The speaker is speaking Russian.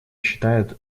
считает